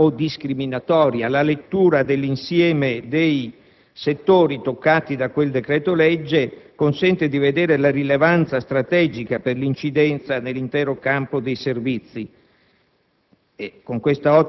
La lettura dell'insieme dei settori toccati da quel provvedimento consente, infatti, di vederne la rilevanza strategica per l'incidenza nell'intero campo dei servizi.